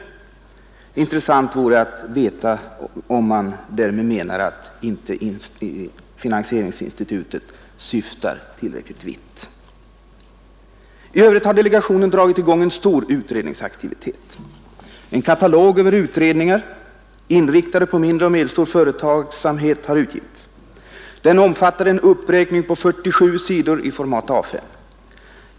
Det vore intressant att veta om reservanterna därmed menar att finansieringsinstitutet inte syftar tillräck ligt vitt. I övrigt har delegationen dragit i gång en stor utredningsaktivitet. En katalog över utredningar, inriktade på mindre och medelstor företagsamhet, har utgivits. Den omfattar en uppräkning på 47 sidor i format A 5.